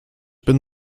bin